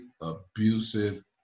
abusive